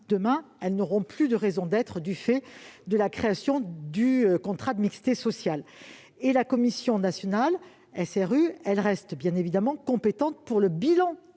départementales n'auront plus de raison d'être du fait de la création du contrat de mixité sociale. Quant à la commission nationale SRU, elle reste bien évidemment compétente pour le bilan